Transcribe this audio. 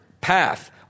path